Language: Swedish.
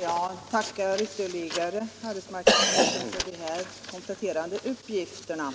Herr talman! Jag tackar arbetsmarknadsministern ytterligare för de kompletterande uppgifterna.